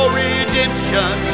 redemption